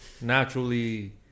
naturally